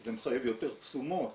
זה מחייב יותר תשומות.